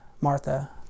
Martha